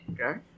Okay